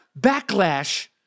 backlash